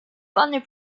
bunny